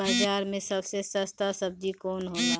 बाजार मे सबसे सस्ता सबजी कौन होला?